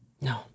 No